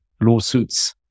lawsuits